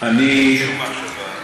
בלי שום מחשבה.